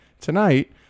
tonight